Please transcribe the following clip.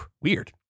weird